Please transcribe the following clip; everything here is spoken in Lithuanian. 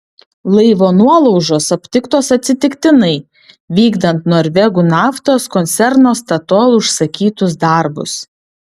laivo nuolaužos aptiktos atsitiktinai vykdant norvegų naftos koncerno statoil užsakytus darbus